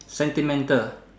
sentimental